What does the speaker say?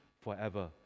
forever